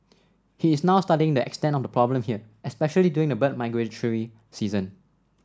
he is now studying the extent of the problem here especially during the bird migratory season